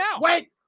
Wait